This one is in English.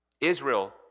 Israel